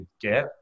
get